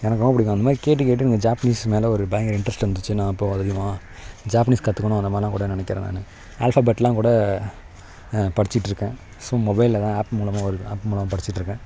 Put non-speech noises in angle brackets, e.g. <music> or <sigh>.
எனக்கு ரொம்ப பிடிக்கும் அந்த மாதிரி கேட்டு கேட்டு இந்த ஜாப்பனீஸ் மேலே ஒரு பயங்கரம் இன்ட்ரஸ்டு வந்திடுச்சி நான் இப்போ <unintelligible> ஜாப்பனீஸ் கற்றுக்கணும் அந்த மாதிரிலாம் கூட நினைக்கிறேன் நான் ஆல்பபெட்லாம் கூட படிச்சிகிட்டு இருக்கேன் ஸோ மொபைலில் தான் ஆப் மூலமாக ஒரு ஆப் மூலமாக படிச்சிகிட்டு இருக்கேன்